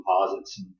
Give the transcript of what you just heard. composites